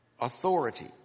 authority